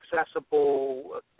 accessible